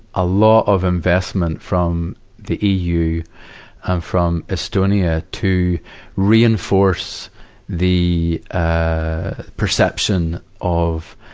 a lot of investment from the eu and from estonia to reinforce the, ah, perception of,